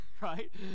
right